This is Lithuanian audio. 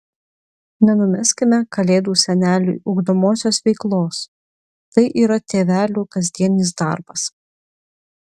nenumeskime kalėdų seneliui ugdomosios veiklos tai yra tėvelių kasdienis darbas